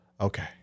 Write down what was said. Okay